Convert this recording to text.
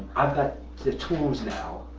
i've got the tools now.